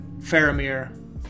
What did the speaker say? Faramir